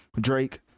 drake